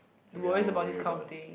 everyone will worry about that